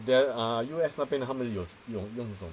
then uh U_S 那边的他们有有用这种